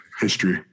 history